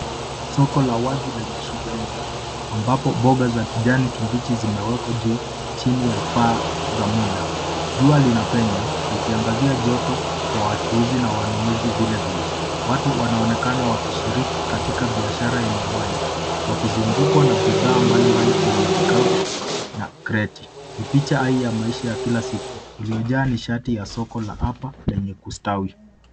Soko la wazi lenye shughuli nyingi, ambapo mboga za kijani kibichi zimewekwa juu chini ya paa za muda. Jua linapenya, likiangazia joto kwa wachuuzi na wanunuzi vilevile. Watu wanaonekana wakishiriki katika biashara yenye uhai wakizungukwa na bidhaa mbalimbali kwenye vikapu na kreti. Ni picha hai ya maisha ya kila siku iliyojaa nishati ya soko la hapa lenye kustawi.